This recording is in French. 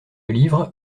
livre